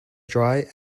dry